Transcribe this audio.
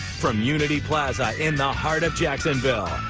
from unity plaza in the heart of jacksonville,